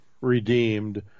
redeemed